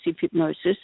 hypnosis